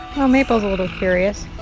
oh maples a little curious.